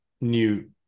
new